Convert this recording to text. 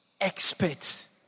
experts